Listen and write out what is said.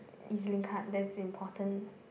E_Z-link card that's important